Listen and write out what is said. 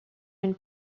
une